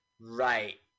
Right